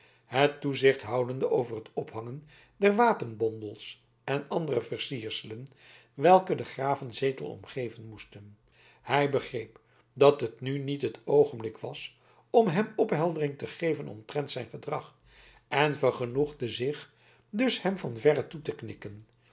het toezicht houdende over het ophangen der wapenbondels en andere versierselen welke den gravezetel omgeven moesten hij begreep dat het nu niet het oogenblik was om hem opheldering te geven omtrent zijn gedrag en vergenoegde zich dus hem van verre toe te knikken